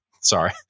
Sorry